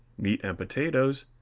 meat and potatoes,